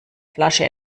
flasche